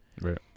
right